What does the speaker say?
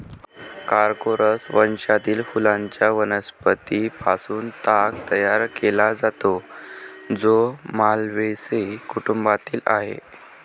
Corchorus वंशातील फुलांच्या वनस्पतीं पासून ताग तयार केला जातो, जो माल्व्हेसी कुटुंबातील आहे